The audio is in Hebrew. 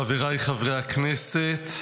חבריי חברי הכנסת,